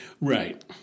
Right